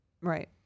Right